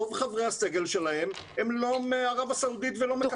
רוב חברי הסגל שלהם הם לא מערב הסעודית ולא מקטאר,